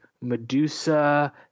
Medusa